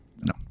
No